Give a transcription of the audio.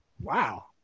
Wow